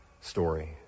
story